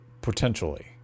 Potentially